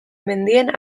mendien